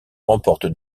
remporte